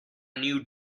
new